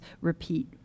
repeat